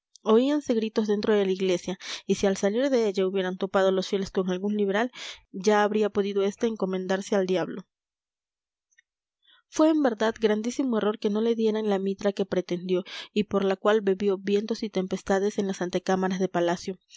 multitud oíanse gritos dentro de la iglesia y si al salir de ella hubieran topado los fieles con algún liberal ya habría podido este encomendarse al diablo fue en verdad grandísimo error que no le dieran la mitra que pretendió y por la cual bebió vientos y tempestades en las antecámaras de palacio